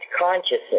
consciousness